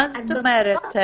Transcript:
מה זאת אומרת?